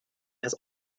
has